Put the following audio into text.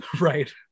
Right